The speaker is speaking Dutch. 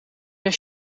naar